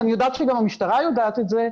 ואני יודעת שגם המשטרה יודעת את זה,